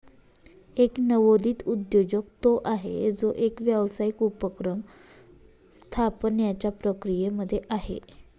एक नवोदित उद्योजक तो आहे, जो एक व्यावसायिक उपक्रम स्थापण्याच्या प्रक्रियेमध्ये आहे